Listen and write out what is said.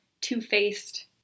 two-faced